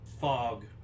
fog